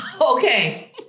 Okay